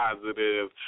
positive